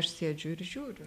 aš sėdžiu ir žiūriu